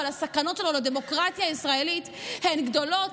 אבל הסכנות שלו לדמוקרטיה הישראלית הן גדולות,